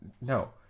No